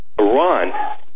Iran